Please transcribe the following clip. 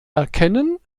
erkennen